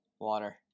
Water